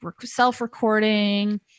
self-recording